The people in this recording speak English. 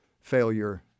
failure